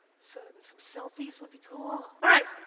so. and some selfies would be cool. alright.